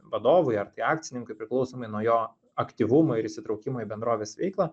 vadovui ar tai akcininkui priklausomai nuo jo aktyvumo ir įsitraukimo į bendrovės veiklą